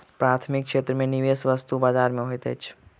प्राथमिक क्षेत्र में निवेश वस्तु बजार में होइत अछि